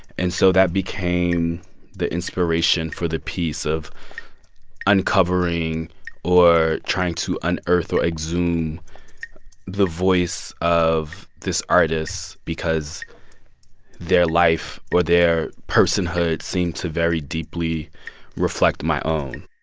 and so that became the inspiration for the piece of uncovering or trying to unearth or exhume the voice of this artist because their life or their personhood seemed to very deeply reflect my own.